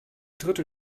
dritte